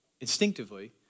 instinctively